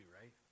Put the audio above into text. right